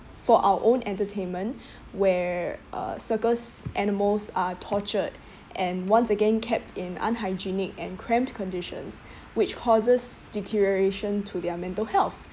for our own entertainment where uh circus animals are tortured and once again kept in unhygienic and cramped conditions which causes deterioration to their mental health